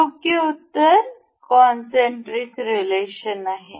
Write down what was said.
योग्य उत्तर concentric relation आहे